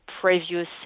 previous